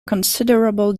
considerable